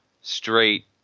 straight